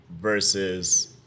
versus